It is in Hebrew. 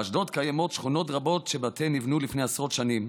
באשדוד קיימות שכונות רבות שבתיהן נבנו לפני עשרות שנים,